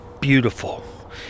beautiful